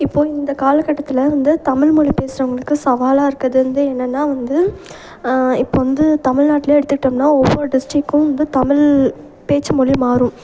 இப்போது இந்த காலகட்டத்தில் வந்து தமிழ் மொழி பேசுகிறவங்களுக்கு சவாலாக இருக்கது வந்து என்னென்னால் வந்து இப்போ வந்து தமிழ்நாட்டிலே எடுத்துக்கிட்டோம்ன்னால் ஒவ்வொரு டிஸ்ட்ரிக்கும் வந்து தமிழ் பேச்சு மொழி மாறும்